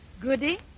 Goody